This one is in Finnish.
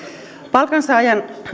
palkansaajan